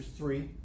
Three